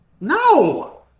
No